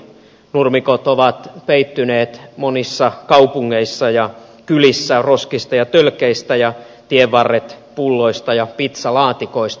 nurmikot ovat peittyneet monissa kaupungeissa ja kylissä roskista ja tölkeistä ja tienvarret pulloista ja pitsalaatikoista